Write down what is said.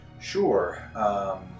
Sure